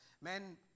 Men